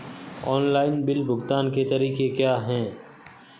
Online bill भुगतान के तरीके क्या हैं?